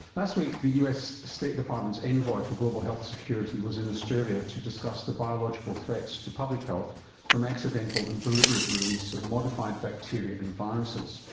last week the us state department's envoy for global health security was in australia to discuss the biological threats to public health from accidental and deliberate release of modified bacteria and viruses.